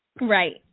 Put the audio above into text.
Right